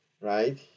right